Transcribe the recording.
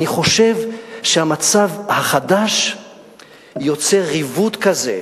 אני חושב שהמצב החדש יוצר ריבוד כזה,